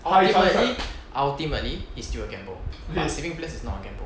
ultimately ultimately it's still a gamble but saving plans is not a gamble